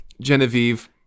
Genevieve